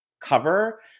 cover